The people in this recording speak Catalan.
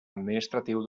administratiu